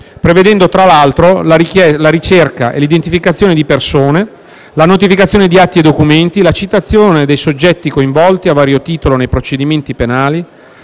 prevedendo fra l'altro la ricerca e l'identificazione di persone, la notificazione di atti e documenti, la citazione dei soggetti coinvolti a vario titolo nei procedimenti penali,